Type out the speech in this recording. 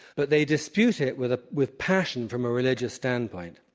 but they dispute it with ah with passion from a religious standpoint,